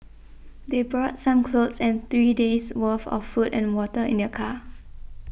they brought some clothes and three days' worth of food and water in their car